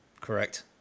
Correct